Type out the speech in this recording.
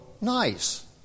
nice